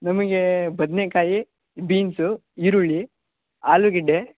ನಮಗೆ ಬದನೇಕಾಯಿ ಬೀನ್ಸು ಈರುಳ್ಳಿ ಆಲೂಗೆಡ್ಡೆ